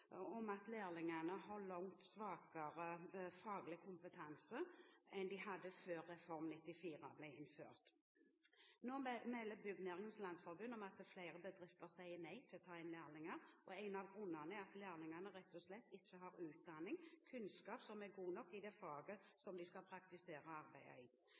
om at lærlingene har langt svakere faglig kompetanse enn de hadde før Reform 94 ble innført. Nå melder Byggenæringens Landsforening at flere bedrifter sier nei til å ta inn lærlinger. En av grunnene er at lærlingene rett og slett ikke har utdanning, kunnskap som er god nok, i det faget